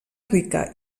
rica